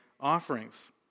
offerings